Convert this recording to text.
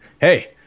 Hey